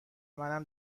منم